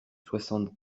soixante